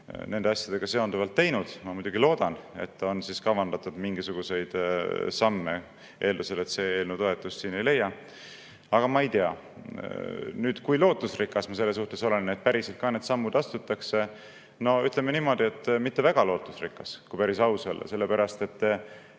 nende asjadega seonduvalt teinud. Ma muidugi loodan, et on kavandatud mingisuguseid samme, eeldusel, et see eelnõu toetust siin ei leia, aga ma ei tea. Nüüd, kui lootusrikas ma selles suhtes olen, et päriselt ka need sammud astutakse? No ütleme niimoodi, et mitte väga lootusrikas, kui päris aus olla. Saates